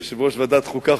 יושב-ראש ועדת חוקה,